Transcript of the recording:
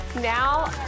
now